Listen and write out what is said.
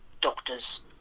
doctors